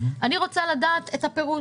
אני רוצה לדעת את הפירוט